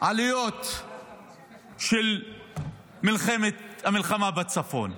מיליארד עלויות של המלחמה בצפון.